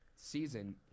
season